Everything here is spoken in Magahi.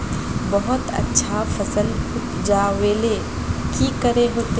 बहुत अच्छा फसल उपजावेले की करे होते?